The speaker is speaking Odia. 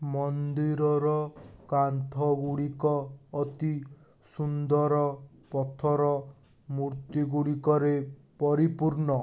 ମନ୍ଦିରର କାନ୍ଥ ଗୁଡ଼ିକ ଅତି ସୁନ୍ଦର ପଥର ମୂର୍ତ୍ତି ଗୁଡ଼ିକରେ ପରିପୂର୍ଣ୍ଣ